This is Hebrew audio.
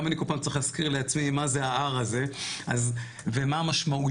גם אני כל פעם צריך להזכיר לעצמי מה זה ה-R הזה ומה המשמעויות